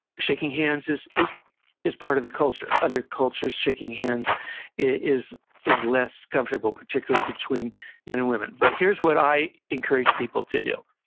shaking hands is is part of the culture. other cultures, shaking hands is is less comfortable, particularly between men and women. but, here's what i encourage people to do,